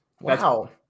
wow